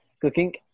cooking